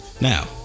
Now